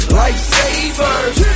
lifesavers